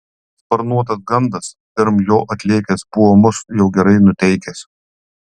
sparnuotas gandas pirm jo atlėkęs buvo mus jau gerai nuteikęs